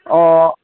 अ